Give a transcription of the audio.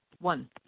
one